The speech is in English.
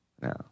No